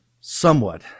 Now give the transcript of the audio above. somewhat